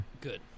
Good